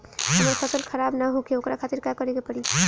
हमर फसल खराब न होखे ओकरा खातिर का करे के परी?